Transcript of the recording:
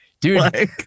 Dude